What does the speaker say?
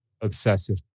obsessive